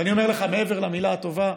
ואני אומר לך, מעבר למילה הטובה,